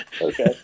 Okay